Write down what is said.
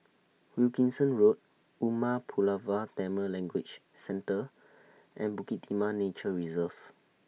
Wilkinson Road Umar Pulavar Tamil Language Centre and Bukit Timah Nature Reserve